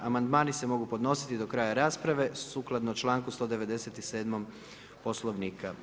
Amandmani se mogu podnositi do kraja rasprave sukladno članku 197. poslovnika.